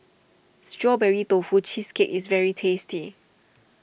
Strawberry Tofu Cheesecake is very tasty